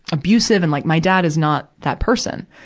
abusive. and, like, my dad is not that person.